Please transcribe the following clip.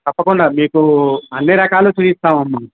తప్పకుండా మీకు అన్నీ రకాలు చూపిస్తామమ్మా